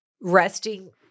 resting